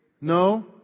no